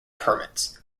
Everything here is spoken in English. permits